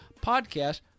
podcast